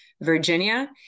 Virginia